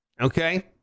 Okay